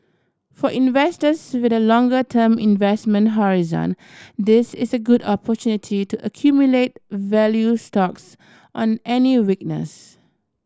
for investors with a longer term investment horizon this is a good opportunity to accumulate value stocks on any weakness